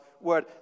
word